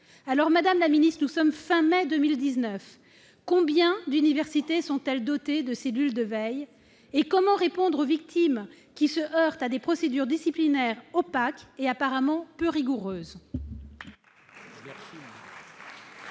Crous sur ces questions. Nous sommes fin mai 2019 : combien d'universités sont-elles dotées de cellules de veille ? Comment répondre aux attentes des victimes qui se heurtent à des procédures disciplinaires opaques et apparemment peu rigoureuses ?